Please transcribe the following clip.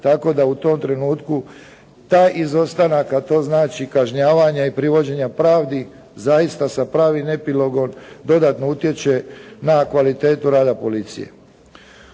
tako da u tom trenutku taj izostanak, a to znači kažnjavanje i privođenja pravdi, zaista sa pravim epilogom dodatno utječe na kvalitetu rada policije.